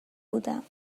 بودم